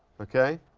okay?